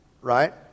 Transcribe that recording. Right